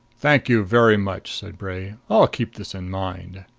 thank you very much, said bray. i'll keep this in mind.